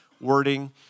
wording